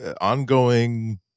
ongoing